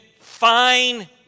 fine